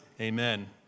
Amen